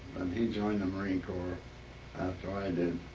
he joined the marine corps after i did,